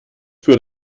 für